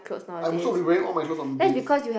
I'm also re wearing all my clothes from dalies